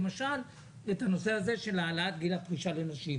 למשל, את הנושא של העלאת גיל הפרישה לנשים.